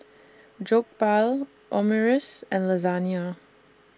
Jokbal Omurice and Lasagna